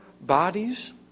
bodies